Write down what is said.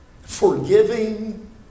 forgiving